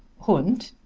hund,